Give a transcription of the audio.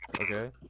okay